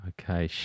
Okay